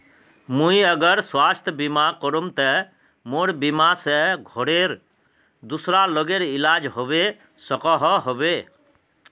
मुई अगर स्वास्थ्य बीमा करूम ते मोर बीमा से घोरेर दूसरा लोगेर इलाज होबे सकोहो होबे?